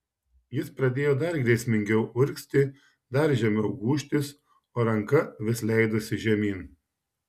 jis pradėjo dar grėsmingiau urgzti dar žemiau gūžtis o ranka vis leidosi žemyn